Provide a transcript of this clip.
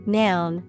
noun